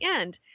end